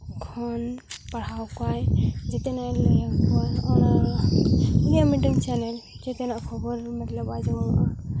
ᱠᱷᱚᱱ ᱯᱟᱲᱦᱟᱣ ᱠᱚᱣᱟᱭ ᱡᱚᱛᱚᱱᱟᱜ ᱞᱟᱹᱭ ᱟᱠᱚᱣᱟᱭ ᱩᱱᱤᱭᱟᱜ ᱢᱤᱫᱴᱮᱱ ᱪᱮᱱᱮᱞ ᱡᱚᱛᱚᱱᱟᱜ ᱠᱷᱚᱵᱚᱨ ᱢᱚᱛᱞᱚᱵ ᱟᱸᱡᱚᱢᱚᱜᱼᱟ